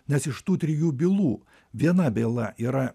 nes iš tų trijų bylų viena byla yra